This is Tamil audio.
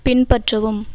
பின்பற்றவும்